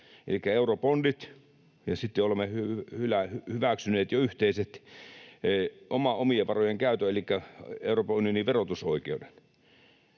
elikkä eurobondit, ja sitten olemme jo hyväksyneet yhteisten omien varojen käytön elikkä Euroopan unionin verotusoikeuden.